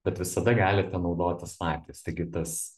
bet visada galite naudotis laiptais taigi tas